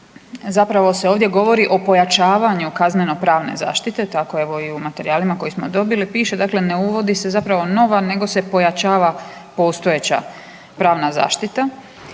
zapravo se ovdje govori o pojačavanju kaznenopravne zaštite, tako evo i u materijalima koje smo dobili piše, dakle ne uvodi se zapravo nova, nego se pojačava postojeća pravna zaštita.